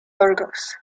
burgos